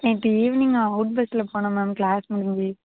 நேற்று evening out பஸ்சில் போனேன் மேம் கிளாஸ் முடிஞ்சு